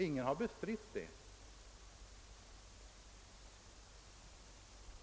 Ingen har bestritt det.